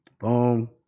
Boom